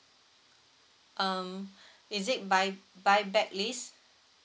um is it buy~ buyback list